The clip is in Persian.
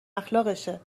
اخلاقشه